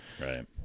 Right